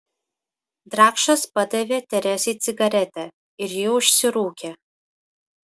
drakšas padavė teresei cigaretę ir ji užsirūkė